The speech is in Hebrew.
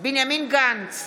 בנימין גנץ,